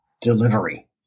delivery